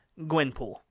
Gwynpool